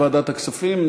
לוועדת הכספים,